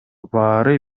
баары